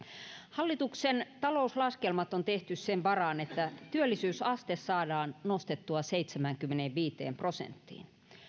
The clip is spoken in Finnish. hallituksen talouslaskelmat on tehty sen varaan että työllisyysaste saadaan nostettua seitsemäänkymmeneenviiteen prosenttiin